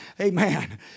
Amen